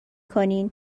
کنین